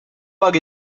bug